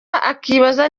akibaza